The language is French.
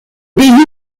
désigne